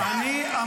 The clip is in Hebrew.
אתה אומר